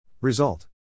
Result